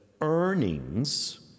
earnings